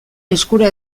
eskura